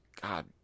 God